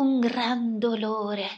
un gran dolore